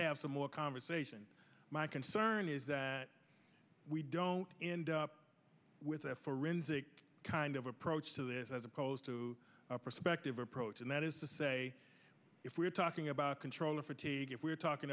have similar conversation my concern is that we don't end up with a forensic kind of approach to this as opposed to dave approach and that is to say if we're talking about control or fatigue if we're talking